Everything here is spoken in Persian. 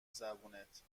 زبونت